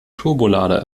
turbolader